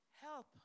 Help